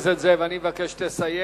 חבר הכנסת זאב, אני אבקש שתסיים.